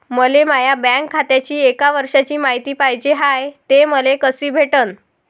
मले माया बँक खात्याची एक वर्षाची मायती पाहिजे हाय, ते मले कसी भेटनं?